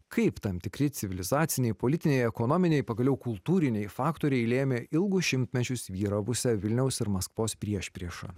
kaip tam tikri civilizaciniai politiniai ekonominiai pagaliau kultūriniai faktoriai lėmė ilgus šimtmečius vyravusią vilniaus ir maskvos priešpriešą